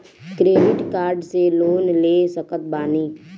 Credit card से loan ले सकत बानी?